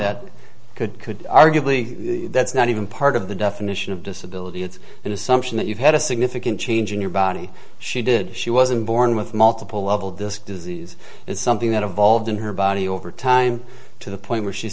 that could could arguably that's not even part of the definition of disability it's an assumption that you had a significant change in your body she did she wasn't born with multiple level this disease it's something that evolved in her body over time to the point where she